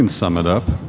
can sum it up.